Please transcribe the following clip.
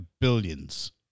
billions